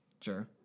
Sure